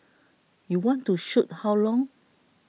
you want to shoot how long